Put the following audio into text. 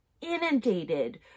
inundated